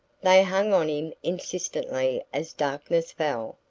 they hung on him insistently as darkness fell,